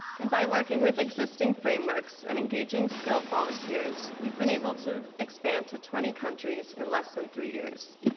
and by working with existing frameworks and engaging skilled volunteers, we've been able to expand to twenty countries in less than three years.